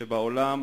שבעולם